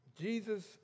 Jesus